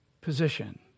position